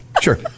sure